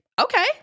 okay